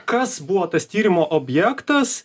kas buvo tas tyrimo objektas